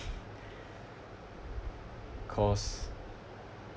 cause